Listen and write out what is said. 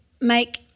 make